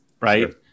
right